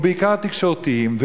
ובעיקר תקשורתיים,